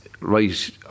right